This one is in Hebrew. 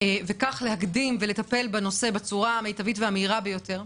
וכך להקדים ולטפל בנושא בצורה המיטבית והמהירה ביותר,